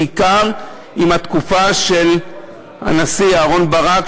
בעיקר עם התקופה של הנשיא אהרן ברק,